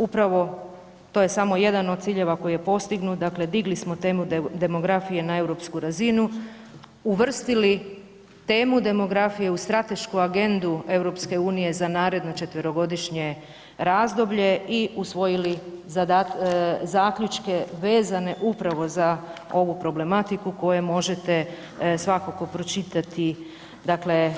Upravo to je samo jedan od ciljeva koji je postignut, dakle digli smo temu demografije na europsku razinu, uvrstili temu demografije u stratešku agendu EU za naredno 4-godišnje razdoblje i usvojili zaključke vezane upravo za ovu problematiku koju možete svakako pročitati, dakle